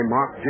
Mark